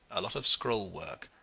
a lot of scroll work,